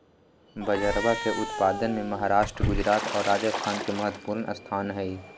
बजरवा के उत्पादन में महाराष्ट्र गुजरात और राजस्थान के महत्वपूर्ण स्थान हई